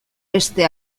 beste